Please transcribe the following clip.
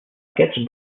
aquests